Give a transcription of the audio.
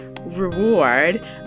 reward